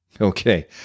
Okay